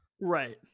right